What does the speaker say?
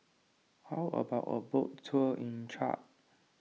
how about a boat tour in Chad